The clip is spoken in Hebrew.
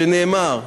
שנאמר: